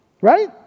right